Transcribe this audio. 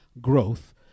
growth